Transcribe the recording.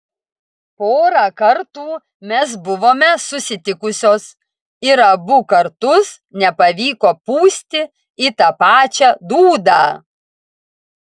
porą kartų mes buvome susitikusios ir abu kartus nepavyko pūsti į tą pačią dūdą